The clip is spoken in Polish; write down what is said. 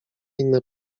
inne